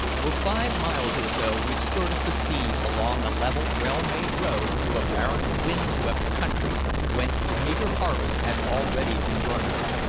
for five miles or so we skirted the sea along a level, well-made road through a barren wind-swept country whence the meager harvest had already been garnered.